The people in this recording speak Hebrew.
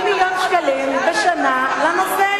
עובדה שיש 80 מיליון שקלים בשנה לנושא.